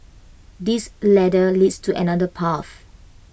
this ladder leads to another path